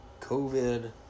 COVID